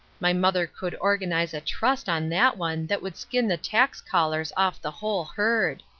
my mother could organize a trust on that one that would skin the tax-collars off the whole herd.